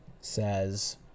says